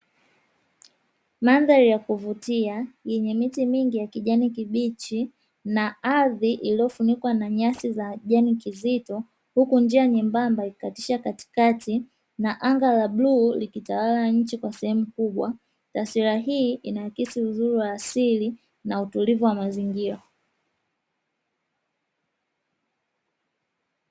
Mandhari ya kuvutia yenye miti mingi ya kijani kibichi na ardhi iliyofunikwa na nyasi za kijani kizito, huku njia nyembamba ikikatisha katikati na anga la bluu likitawala nchi kwa sehemu kubwa. Taswira hii inaakisi uzuri wa asili na utulivu wa mazingira.